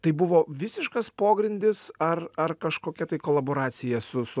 tai buvo visiškas pogrindis ar ar kažkokia tai kolaboracija su su